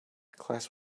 class